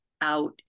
out